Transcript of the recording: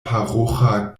paroĥa